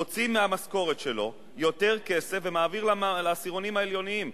מוציא מהמשכורת שלו יותר כסף ומעביר לעשירונים העליונים,